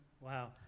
wow